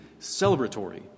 celebratory